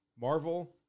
Marvel